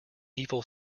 evil